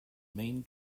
main